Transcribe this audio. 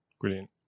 Brilliant